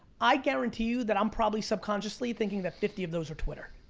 i guarantee you that i'm probably subconsciously thinking that fifty of those are twitter.